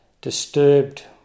disturbed